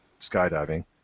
skydiving